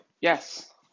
yes